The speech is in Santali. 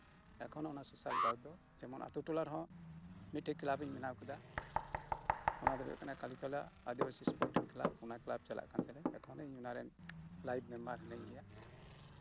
ᱮᱠᱷᱚᱱᱳ ᱚᱱᱟ ᱥᱳᱥᱟᱞ ᱳᱟᱨᱠ ᱫᱚ ᱡᱮᱢᱚᱱ ᱟᱹᱛᱩ ᱴᱚᱞᱟ ᱨᱮᱦᱚᱸ ᱢᱤᱫᱴᱟᱱ ᱠᱞᱟᱵᱽ ᱤᱧ ᱵᱮᱱᱟᱣ ᱠᱮᱫᱟ ᱚᱱᱟ ᱫᱚ ᱦᱩᱭᱩᱜ ᱠᱟᱱᱟ ᱠᱟᱞᱤᱛᱚᱞᱟ ᱟᱫᱤᱵᱟᱥᱤ ᱥᱯᱳᱴᱤᱝ ᱠᱞᱟᱵᱽ ᱚᱱᱟ ᱠᱞᱟᱵᱽ ᱨᱮ ᱮᱱᱠᱷᱚᱱᱦᱚᱸ ᱤᱧ ᱚᱱᱟᱨᱮᱱ ᱞᱟᱭᱤᱵᱷ ᱢᱮᱢᱵᱟᱨ ᱢᱤᱱᱟᱹᱧ ᱜᱮᱭᱟ